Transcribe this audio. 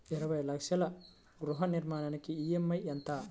ఇరవై లక్షల గృహ రుణానికి ఈ.ఎం.ఐ ఎంత?